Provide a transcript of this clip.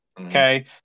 Okay